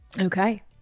okay